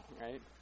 right